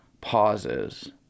pauses